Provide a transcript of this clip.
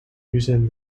using